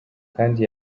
kandi